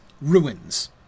ruins